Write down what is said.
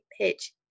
pitch